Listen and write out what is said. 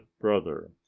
brother